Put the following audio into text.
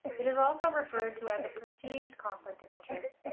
it is also referred to as a perceived conflict of interest.